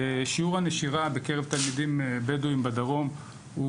שיעור הנשירה בקרב התלמידים הבדואים בדרום הוא